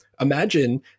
Imagine